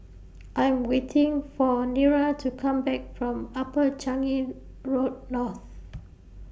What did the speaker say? I Am waiting For Nira to Come Back from Upper Changi Road North